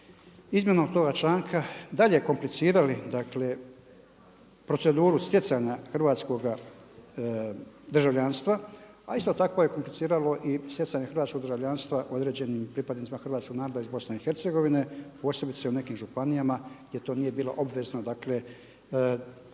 izmjenom toga članka dalje komplicirali, dakle proceduru stjecanja hrvatskoga državljanstva a isto tako je kompliciralo i stjecanje hrvatskoga državljanstva u određenim pripadnicima hrvatskoga naroda iz Bosne i Hercegovine, posebice u nekim županijama jer to nije bilo obvezno, dakle narodosno